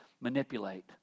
manipulate